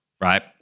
Right